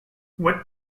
what